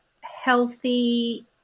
healthy